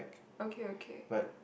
okay okay